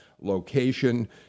location